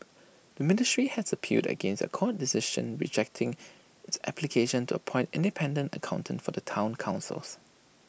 the ministry had appealed against A court decision rejecting its application to appoint independent accountants for the Town Council